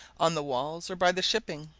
on the walls, or by the shipping.